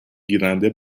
گیرنده